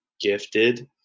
gifted